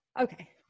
okay